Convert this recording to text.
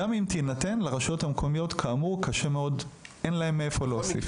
אין לי נתונים מדויקים,